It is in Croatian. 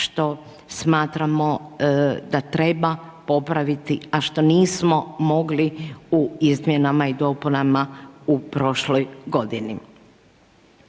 što smatramo da treba popraviti a što nismo mogli u izmjenama i dopunama u prošloj godini.